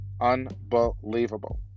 Unbelievable